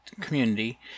community